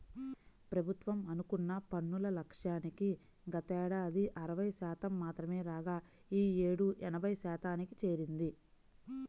ప్రభుత్వం అనుకున్న పన్నుల లక్ష్యానికి గతేడాది అరవై శాతం మాత్రమే రాగా ఈ యేడు ఎనభై శాతానికి చేరింది